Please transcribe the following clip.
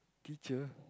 teacher